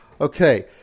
Okay